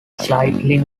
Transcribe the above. slightly